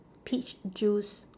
peach juice